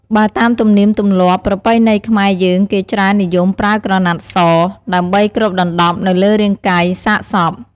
បើតាមទំនៀមទម្លាប់ ប្រពៃណីខ្មែរយើងគេច្រើននិយមប្រើក្រណាត់សដើម្បីគ្របដណ្តប់នៅលើរាងកាយសាកសព។